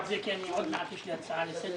עוד מעט יש לי הצעה לסדר.